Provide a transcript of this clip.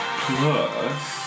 plus